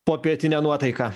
popietinę nuotaiką